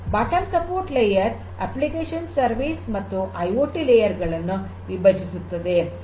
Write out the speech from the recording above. bottom support layer application service ಮತ್ತು IoT layer ಗಳನ್ನು ವಿಭಜಿಸುತ್ತದೆ